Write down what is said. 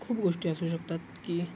खूप गोष्टी असू शकतात की